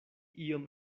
iom